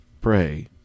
pray